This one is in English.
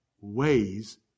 ways